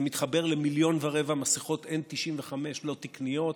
זה מתחבר למיליון ורבע מסיכות N-95 לא תקניות,